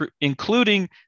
including